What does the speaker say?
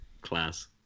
class